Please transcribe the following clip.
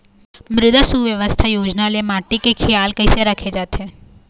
मृदा सुवास्थ योजना ले माटी के खियाल कइसे राखे जाथे?